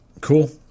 Cool